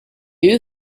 you